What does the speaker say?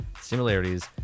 similarities